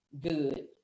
good